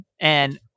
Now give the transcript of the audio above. And-